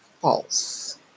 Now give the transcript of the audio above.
false